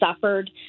suffered